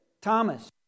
Thomas